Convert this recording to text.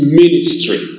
ministry